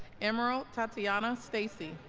emerald tatiana stacy